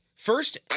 First